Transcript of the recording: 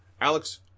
Alex